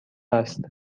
است